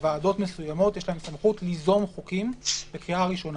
שלוועדות מסוימות יש סמכות ליזום חוקים בקריאה ראשונה.